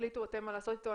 תחליטו אתם מה לעשות איתו.